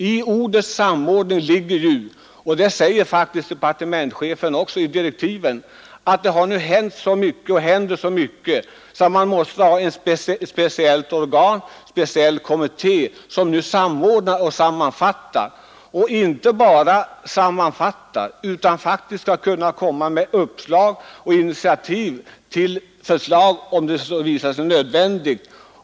I ordet samordning ligger ju — och det säger faktiskt departementschefen också i direktiven — att det har hänt och händer så mycket att man måste ha en speciell kommitté som skall kunna samordna och sammanfatta alla nyheter och även komma med uppslag och ta initiativ till förslag om så visar sig nödvändigt.